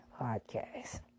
podcast